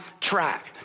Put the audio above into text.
track